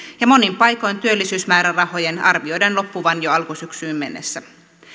ja monin paikoin työllisyysmäärärahojen arvioidaan loppuvan jo alkusyksyyn mennessä